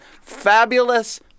fabulous